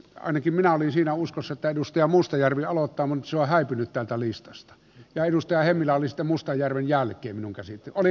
ainakin minä olin siinä uskossa edustaja mustajärvi aloittaman sua häipynyt takalistosta ja edustaja hemmilä alista mustajärvi ja kemin käsite puhemies